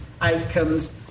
outcomes